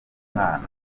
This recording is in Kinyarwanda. umwana